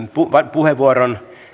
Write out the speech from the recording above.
puheenvuoron